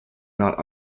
not